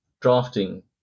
drafting